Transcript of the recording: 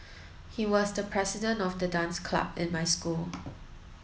he was the president of the dance club in my school